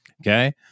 Okay